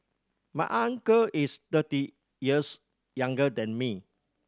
my uncle is thirty years younger than me